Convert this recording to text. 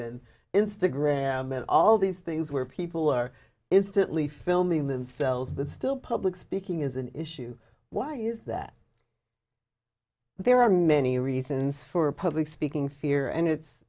instagram and all these things where people are instantly filming themselves but still public speaking is an issue why is that there are many reasons for public speaking fear and it's